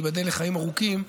תיבדל לחיים ארוכים,